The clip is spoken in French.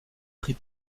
prix